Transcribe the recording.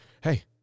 hey